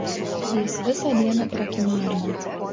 jis visą dieną prakimarino